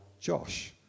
Josh